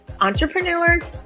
entrepreneurs